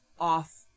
off